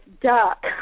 duck